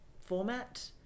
format